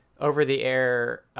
over-the-air